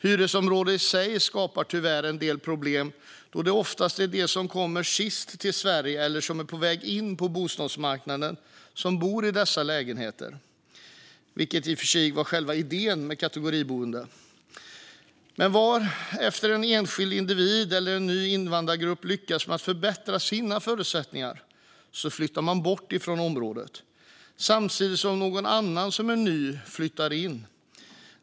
Hyresområden i sig skapar tyvärr en del problem, då det oftast är de som kommer sist till Sverige eller som är på väg in på bostadsmarknaden som bor i dessa lägenheter - vilket i och för sig var själva idén med kategoriboende. Men vartefter en enskild individ eller en ny invandrargrupp lyckas med att förbättra sina förutsättningar flyttar man bort från området samtidigt som någon annan som är ny flyttar in.